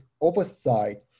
oversight